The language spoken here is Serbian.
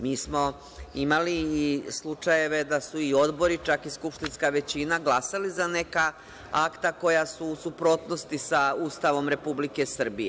Mi smo imali slučajeve da su odbori, čak i skupštinska većina, glasali za neka akta koja su u suprotnosti sa Ustavom Republike Srbije.